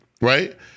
right